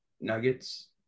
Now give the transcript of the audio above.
Nuggets